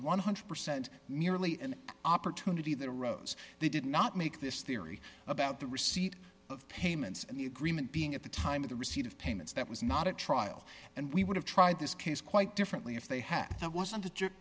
one hundred percent merely an opportunity that arose they did not make this theory about the receipt of payments and the agreement being at the time of the receipt of payments that was not a trial and we would have tried this case quite differently if they